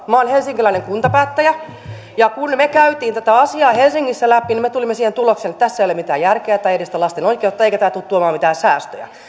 minä olen helsinkiläinen kuntapäättäjä kun me kävimme tätä asiaa helsingissä läpi niin me tulimme siihen tulokseen että tässä ei ole mitään järkeä tai se ei edistä lasten oikeutta eikä tämä tule tuomaan mitään säästöjä